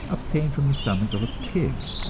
obtained from the stomach of a pig.